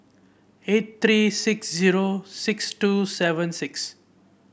eight three six zero six two seven six